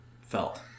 felt